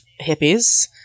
hippies